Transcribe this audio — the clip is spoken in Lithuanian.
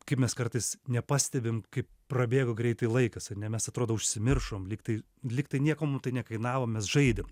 kaip mes kartais nepastebim kaip prabėgo greitai laikas ar ne mes atrodo užsimiršom lyg tai lyg tai nieko mum tai nekainavo mes žaidėm